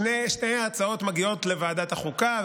שתי ההצעות מגיעות לוועדת החוקה,